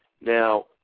Now